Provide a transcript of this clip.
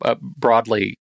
broadly